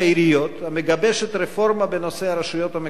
המגבשת רפורמה בנושא הרשויות המקומיות,